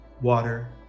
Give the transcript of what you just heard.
water